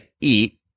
eat